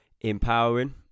empowering